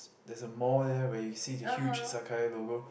there's a mall there where you see the huge Sakae logo